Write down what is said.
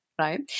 right